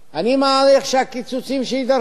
אני מעריך שהקיצוצים שיידרשו,